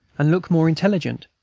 and look more intelligent,